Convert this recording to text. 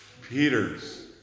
Peter's